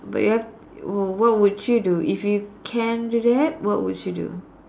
but you have oh what would you do if you can do that what would you do